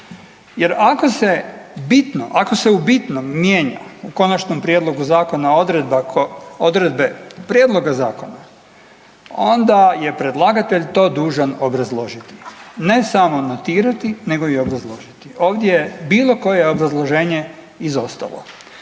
jer ako se u bitnom mijenja u Konačnom prijedlogu zakona odredbe prijedloga zakona, onda je predlagatelj to dužan obrazložiti, ne samo notirati, nego i obrazložiti. Ovdje je bilo koje obrazloženje izostalo.